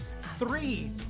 Three